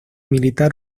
militar